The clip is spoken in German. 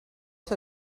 sei